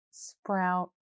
Sprout